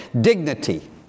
Dignity